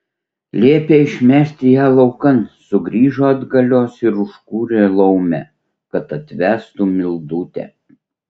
liepė išmesti ją laukan sugrįžo atgalios ir užkūrė laumę kad atvestų mildutę